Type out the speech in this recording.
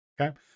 Okay